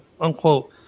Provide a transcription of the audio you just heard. unquote